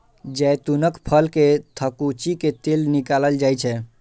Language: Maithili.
जैतूनक फल कें थकुचि कें तेल निकालल जाइ छै